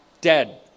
Dead